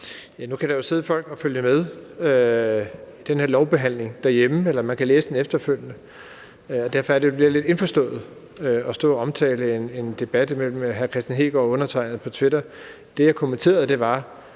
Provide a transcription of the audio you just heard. sidde folk, der følger med i den her lovbehandling derhjemmefra, eller man kan læse den efterfølgende, og derfor er det, at det bliver lidt indforstået at stå og omtale en debat imellem hr. Kristian Hegaard og undertegnede på Twitter. Når jeg kommenterede det,